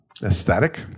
aesthetic